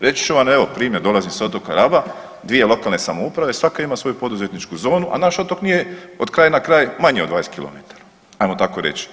Reći ću vam evo, primjer, dolazim s otoka Raba, dvije lokalne samouprave, svaka ima svoju poduzetničku zonu, a naš otok nije od kraja na kraj manji od 20 km, ajmo tako reći.